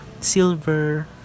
silver